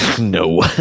no